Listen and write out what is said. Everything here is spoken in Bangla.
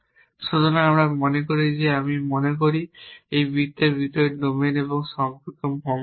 সুতরাং আমি মনে করি যে আমি মনে করি এই বৃত্তের ভিতরে ডোমেইন এবং সম্পর্ক সমান নয়